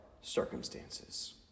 circumstances